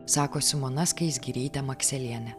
sako simona skaisgirytė makselienė